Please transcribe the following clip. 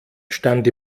stand